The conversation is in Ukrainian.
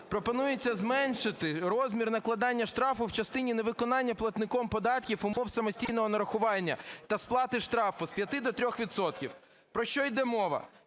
пропонується зменшити розмір накладання штрафів у частині невиконання платником податків умов самостійного нарахування та сплати штрафу з 5 до 3 відсотків. Про що йде мова?